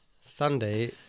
Sunday